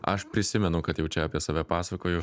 aš prisimenu kad jau čia apie save pasakoju